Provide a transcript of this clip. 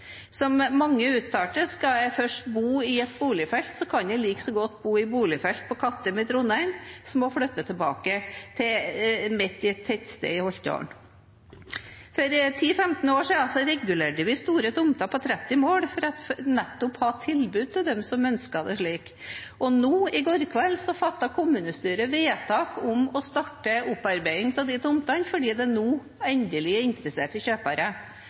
Som mange uttalte: Skal jeg først bo i et boligfelt, kan jeg like godt bo i boligfelt på Kattem i Trondheim som å flytte tilbake til tettstedet mitt i Holtålen. For 10–15 år siden regulerte vi store tomter på 30 mål for nettopp å ha et tilbud til dem som ønsker å ha det slik, og i går kveld fattet kommunestyret vedtak om å starte opparbeiding av de tomtene, for nå er det endelig interesserte kjøpere.